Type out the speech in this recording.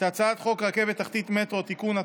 את הצעת חוק רכבת תחתית (מטרו) (תיקון),